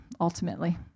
ultimately